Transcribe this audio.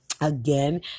again